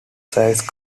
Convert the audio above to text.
service